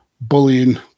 bullying